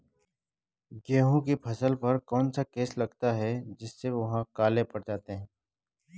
गेहूँ की फसल पर कौन सा केस लगता है जिससे वह काले पड़ जाते हैं?